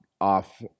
off